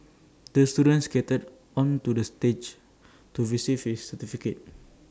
the student skated onto the stage to receive his certificate